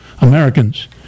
Americans